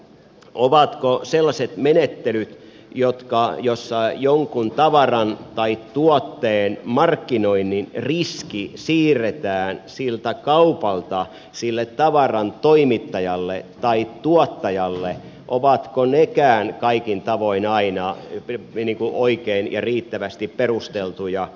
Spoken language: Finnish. ovatko sellaiset menettelyt joissa jonkun tavaran tai tuotteen markkinoinnin riski siirretään kaupalta tavaran toimittajalle tai tuottajalle kaikin tavoin aina oikein ja riittävästi perusteltuja